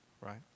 right